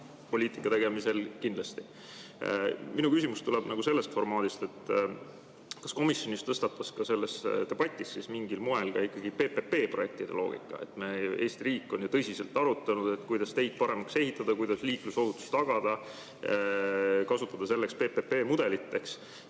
poliitika tegemisel kindlasti. Minu küsimus tuleb sellest formaadist, kas komisjonis tõstatus ka selles debatis mingil moel ikkagi PPP‑projektide loogika. Eesti riik on ju tõsiselt arutanud, kuidas teid paremaks ehitada, kuidas liiklusohutust tagada ja ehk kasutada selleks PPP‑mudelit, eks